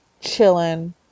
chilling